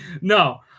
No